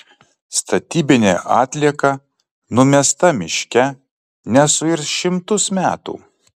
statybinė atlieka numesta miške nesuirs šimtus metų